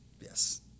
Yes